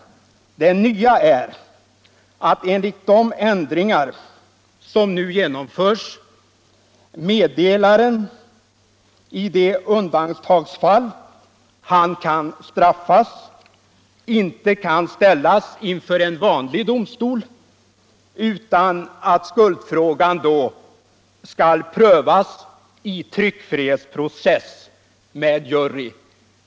Det nya enligt de ändringar som nu genomförs är att meddelaren i det undantagsfall då han kan straffas inte kan ställas inför en vanlig domstol, utan att skuldfrågan då skall prövas i tryckfrihetsprocess med jury.